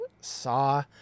saw